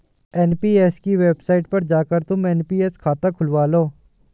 NPS की website पर जाकर तुम एन.पी.एस खाता खुलवा लो